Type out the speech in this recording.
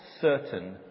certain